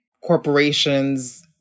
corporations